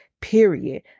period